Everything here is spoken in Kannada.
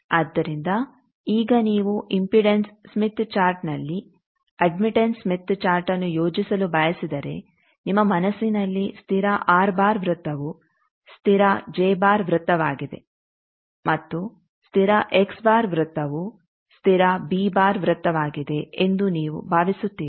ಆದ್ದರಿಂದ ಈಗ ನೀವು ಇಂಪೀಡನ್ಸ್ ಸ್ಮಿತ್ ಚಾರ್ಟ್ನಲ್ಲಿ ಅಡ್ಮಿಟಂಸ್ ಸ್ಮಿತ್ ಚಾರ್ಟ್ಅನ್ನು ಯೋಜಿಸಲು ಬಯಸಿದರೆ ನಿಮ್ಮ ಮನಸ್ಸಿನಲ್ಲಿ ಸ್ಥಿರ ವೃತ್ತವು ಸ್ಥಿರ ವೃತ್ತವಾಗಿದೆ ಮತ್ತು ಸ್ಥಿರ ವೃತ್ತವು ಸ್ಥಿರ ವೃತ್ತವಾಗಿದೆ ಎಂದು ನೀವು ಭಾವಿಸುತ್ತೀರಿ